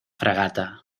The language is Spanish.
fragata